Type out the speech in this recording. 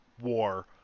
war